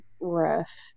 rough